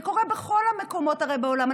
זה קורה בכל המקומות בעולם.